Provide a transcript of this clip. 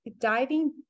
diving